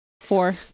Four